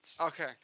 Okay